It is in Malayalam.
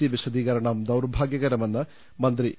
സി വിശദീകരണം ദൌർഭാഗ്യകരമെന്ന് മന്ത്രി എ